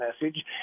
message